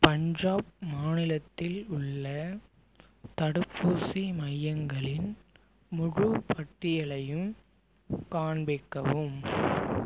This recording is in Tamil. பஞ்சாப் மாநிலத்தில் உள்ள தடுப்பூசி மையங்களின் முழுப் பட்டியலையும் காண்பிக்கவும்